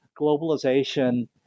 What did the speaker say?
globalization